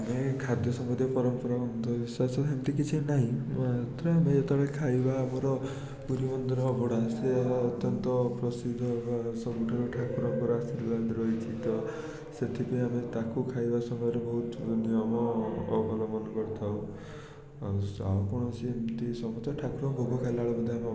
ଆମେ ଖାଦ୍ୟ ସମ୍ବନ୍ଧୀୟ ପରମ୍ପରା ଅନ୍ଧବିଶ୍ୱାସ ସେମତି କିଛି ନାହିଁ ମାତ୍ର ଆମେ ଯେତେବେଳେ ଖାଇବା ଆମର ପୁରୀ ମନ୍ଦିର ଅଭଡ଼ା ସେ ଆମର ଅତ୍ୟନ୍ତ ପ୍ରସିଦ୍ଧ ବଡ଼ ସବୁଠାରୁ ଠାକୁରଙ୍କର ଆଶୀର୍ବାଦ ରହିଛି ତ ସେଥିପାଇଁ ଆମେ ତାକୁ ଖାଇବା ସମୟରେ ବହୁତ ମାନେ ଆମ ଅଭୁଲା ମନେ କରିଥାଉ ଆଉ ସେ ଆଉ କୌଣସି ଏମତି ସବୁ ତ ଠାକୁରଙ୍କ ଭୋଗ ଖାଇଲାବେଳେ ବୋଧେ ଆମେ